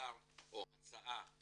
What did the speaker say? מוצר או הצעה